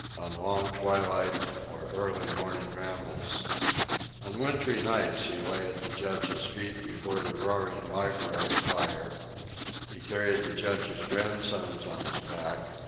on long twilight or early morning rambles on wintry nights he lay at the judge's feet before the roaring library fire he carried the judge's grandsons on his back,